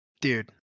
Dude